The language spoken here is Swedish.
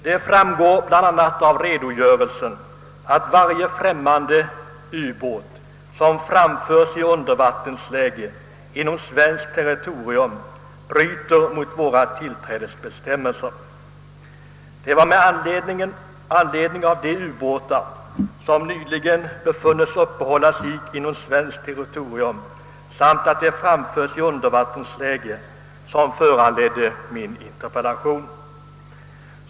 Det framgår därav bl.a., att varje främmande ubåt som framförs i undervattensläge inom svenskt territorium bryter mot våra tillträdesbestämmelser. Min interpellation föranleddes av att ubåtar nyligen befunnits uppehålla sig inom svenskt territorium och att de framförts i undervattensläge.